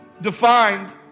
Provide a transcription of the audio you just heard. defined